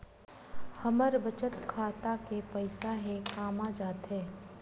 हमर बचत खाता के पईसा हे कामा जाथे?